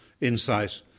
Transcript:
insight